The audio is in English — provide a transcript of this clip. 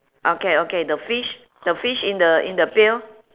okay okay the fish the fish in the in the pail